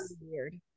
weird